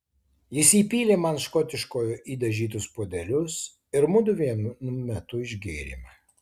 jis įpylė man škotiškojo į dažytus puodelius ir mudu vienu metu išgėrėme